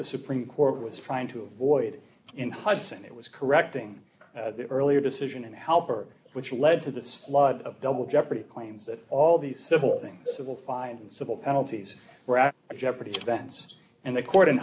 the supreme court was trying to avoid in hudson it was correcting the earlier decision and helper which led to this flood of double jeopardy claims that all the simple things civil fines and civil penalties were at jeopardy events and the court in